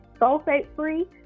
sulfate-free